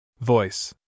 Voice